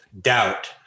doubt